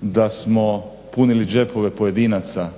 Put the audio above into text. da smo punili džepove pojedinaca,